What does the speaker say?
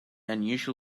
unusual